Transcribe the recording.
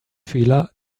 fehler